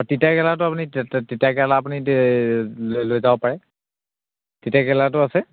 অঁ তিতা কেৰেলাটো আপুনি তিতা কেৰেলা লৈ লৈ যাব পাৰে তিতা কেৰেলাটো আছে